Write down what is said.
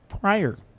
prior